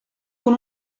con